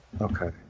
Okay